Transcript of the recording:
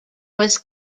was